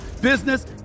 business